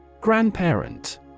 Grandparent